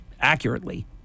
Accurately